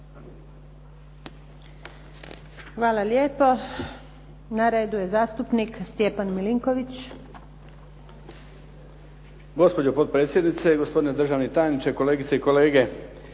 Hvala lijepo. Na redu je zastupnik Stjepan Milinković. **Milinković, Stjepan (HDZ)** Gospođo potpredsjednice, gospodine državni tajniče, kolegice i kolege.